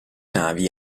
navi